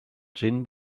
gin